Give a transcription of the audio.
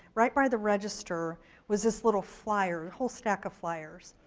right by the register was this little flyer. a whole stack of flyers.